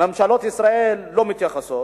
וממשלות ישראל לא מתייחסות.